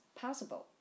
possible